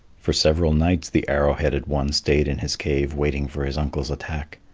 for several nights the arrow-headed one stayed in his cave waiting for his uncle's attack.